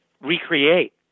Recreate